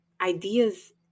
Ideas